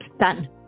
done